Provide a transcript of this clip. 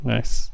Nice